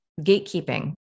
gatekeeping